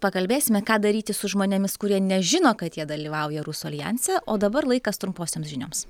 pakalbėsime ką daryti su žmonėmis kurie nežino kad jie dalyvauja rusų aljanse o dabar laikas trumposioms žinioms